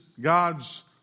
God's